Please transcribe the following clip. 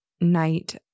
night